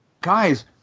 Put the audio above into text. Guys